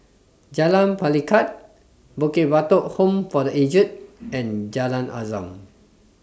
Jalan Pelikat Bukit Batok Home For The Aged and Jalan Azam